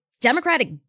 Democratic